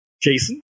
Jason